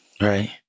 Right